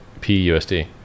PUSD